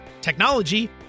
technology